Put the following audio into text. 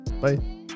Bye